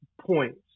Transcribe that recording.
points